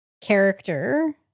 character